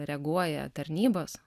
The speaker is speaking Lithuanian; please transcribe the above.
reaguoja tarnybos